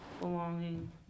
belonging